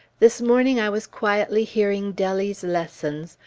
this morning i was quietly hearing dellie's lessons,